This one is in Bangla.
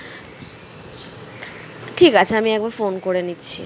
ঠিক আছে আমি একবার ফোন করে নিচ্ছি